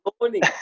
morning